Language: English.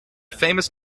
famous